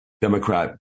Democrat